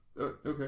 okay